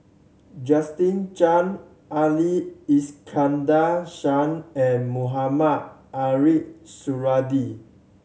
Justin Zhuang Ali Iskandar Shah and Mohamed Ariff Suradi